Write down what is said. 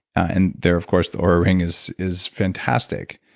and there of course, the oura ring is is fantastic.